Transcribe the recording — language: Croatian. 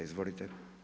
Izvolite.